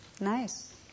nice